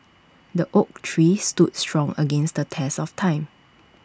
the oak tree stood strong against the test of time